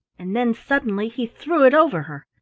and then suddenly he threw it over her.